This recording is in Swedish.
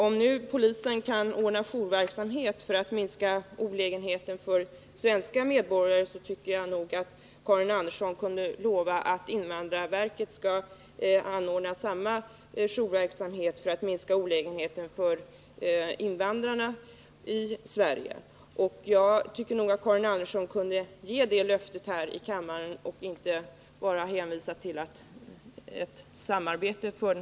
Om polisen kan ordna jourverksamhet för att minska olägenheterna för svenska medborgare, tycker jag att invandrarverket skulle kunna ordna en liknande jourverksamhet för att minska olägenheterna för invandrarna i Sverige. Detta tycker jag att Karin Andersson borde kunna lova och inte bara hänvisa till ett samarbete.